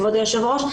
כבוד היושב ראש,